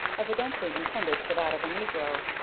evidently intended for that of a negro,